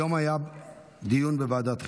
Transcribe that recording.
היום היה דיון בוועדת חינוך.